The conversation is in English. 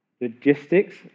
logistics